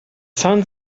sun